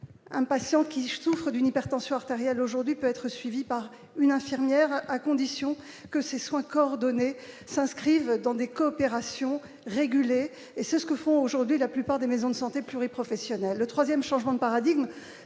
un patient qui je souffre d'une hypertension artérielle aujourd'hui peut être suivie par une infirmière, à condition que ces soins coordonnés s'inscrivent dans des coopérations réguler et ce que font aujourd'hui la plupart des maisons de santé pluri-professionnelle le 3ème changement de paradigme,